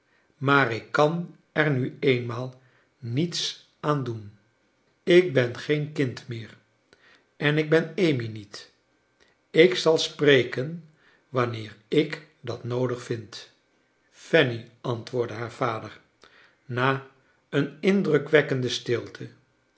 maar ik kan er nu eenmaal niets aan doen ik ben geen kind meer en ik ben amy niet ik tal spreken wanneer ik dat noodig vind fanny antwoordde haar vader na een indrukwekende stilte